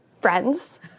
friends